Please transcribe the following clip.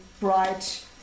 bright